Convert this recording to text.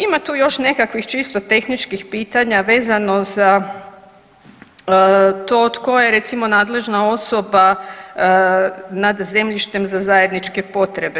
Ima tu još nekakvih čisto tehničkih pitanja vezano za to tko je recimo nadležna osoba nad zemljištem za zajedničke potrebe.